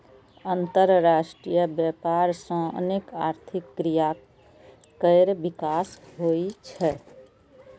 अंतरराष्ट्रीय व्यापार सं अनेक आर्थिक क्रिया केर विकास होइ छै